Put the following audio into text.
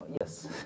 Yes